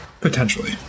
potentially